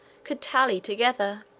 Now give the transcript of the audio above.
could tally together.